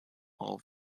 all